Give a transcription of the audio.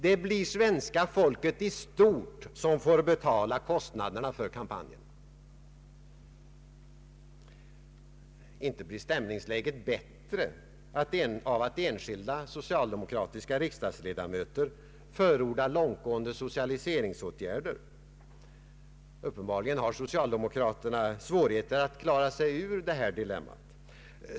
Det blir svenska folket i stort, som får betala kostnaderna för kampanjen. Inte blir stämningsläget bättre av att enskilda socialdemokratiska riksdagsledamöter förordar långtgående socialiseringsåtgärder. Uppenbarligen har socialdemokraterna svårigheter att klara sig ut ur det dilemma man satt sig i.